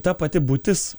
ta pati būtis